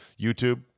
YouTube